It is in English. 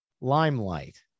Limelight